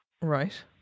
Right